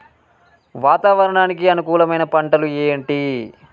వాతావరణానికి అనుకూలమైన పంటలు ఏంటి?